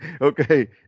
Okay